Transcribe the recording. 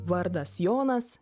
vardas jonas